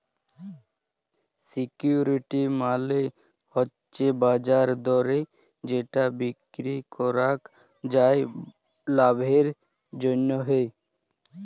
security মালে হচ্যে বাজার দরে যেটা বিক্রি করাক যায় লাভের জন্যহে